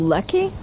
Lucky